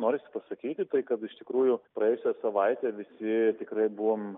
norisi pasakyti kad iš tikrųjų praėjusią savaitę visi tikrai buvom